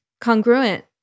congruent